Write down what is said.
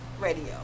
Radio